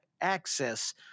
access